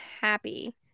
happy